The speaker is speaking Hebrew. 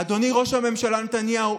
אדוני ראש הממשלה נתניהו,